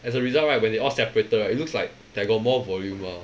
as a result right when they all separated right it looks like like got more volume ah